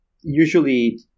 usually